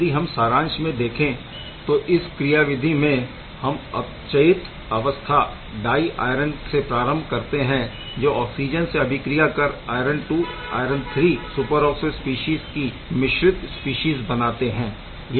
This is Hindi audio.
यदि हम सारांश में देखें तो इस क्रियाविधि में हम अपचयित अवस्था डाय आयरन से प्रारम्भ करते है जो ऑक्सिजन से अभिक्रिया कर iron II iron III superoxo species की मिश्रित स्पीशीज़ बनाते है